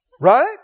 Right